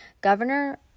Governor